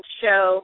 show